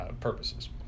purposes